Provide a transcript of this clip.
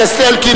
אלקין,